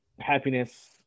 happiness